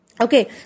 Okay